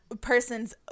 person's